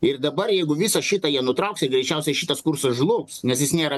ir dabar jeigu visą šitą jie nutrauks greičiausiai šitas kursas žlugs nes jis nėra